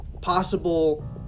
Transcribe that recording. possible